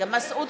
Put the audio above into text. (קוראת בשמות חברי הכנסת) מסעוד